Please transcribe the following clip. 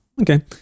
Okay